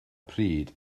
pryd